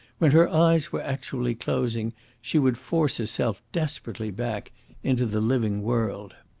when her eyes were actually closing she would force herself desperately back into the living world.